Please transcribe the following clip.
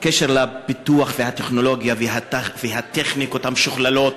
בקשר לפיתוח והטכנולוגיה והטכניקות המשוכללות,